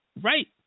Right